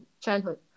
childhood